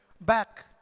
back